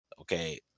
okay